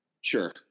Sure